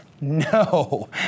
No